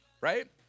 right